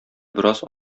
бераз